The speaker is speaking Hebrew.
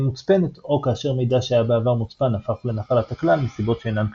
מוצפנת או כאשר מידע שהיה בעבר מוצפן הפך לנחלת הכלל מסיבות שאינן קשורות.